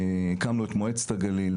הקמנו את מועצת הגליל,